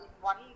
one